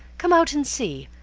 come out and see.